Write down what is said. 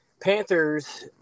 Panthers